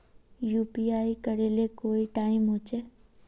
UPI करे ले कोई टाइम होचे?